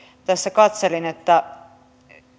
katselin